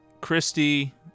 christy